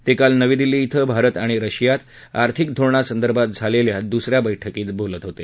ते काल नवी दिल्ली इथं भारत आणि रशियात आर्थिक धोरणांसंदर्भात झालेल्या दुसऱ्या बैठकीत बोलत होते